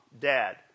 Dad